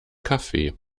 kaffee